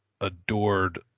adored